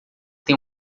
tem